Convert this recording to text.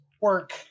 work